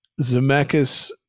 Zemeckis